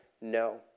no